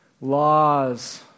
Laws